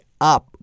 up